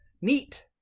neat